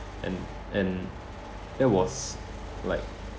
and and that was like